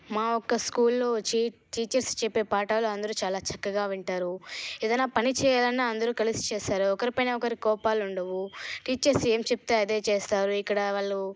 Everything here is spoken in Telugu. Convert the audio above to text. మా ఒక్క స్కూల్లో వచ్చి టీచర్స్ చెప్పే పాఠాలు అందరూ చాలా చక్కగా వింటారు ఏదైనా పని చేయాలన్నా అందరూ కలిసి చేసారు ఒకరిపైన ఒకరికి కోపాలు ఉండవు టీచర్స్ ఏం చెప్తే అదే ఇక్కడ వాళ్ళు